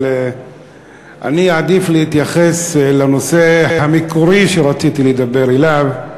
אבל אני אעדיף להתייחס לנושא המקורי שרציתי לדבר עליו.